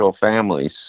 families